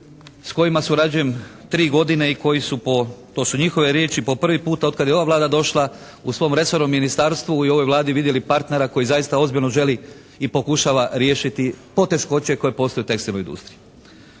s kojima surađujem tri godine i koji su po, to su njihove riječi, po prvi puta od kada je ova Vlada došla u svom resornom ministarstvu i u ovoj Vladi, vidjeli partnera koji zaista ozbiljno želi i pokušala riješiti poteškoće koje postoje u tekstilnoj industriji.